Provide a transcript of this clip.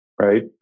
right